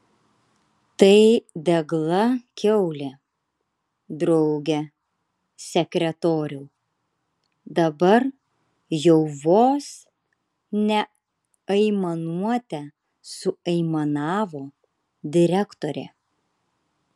tai degla kiaulė drauge sekretoriau dabar jau vos ne aimanuote suaimanavo direktorė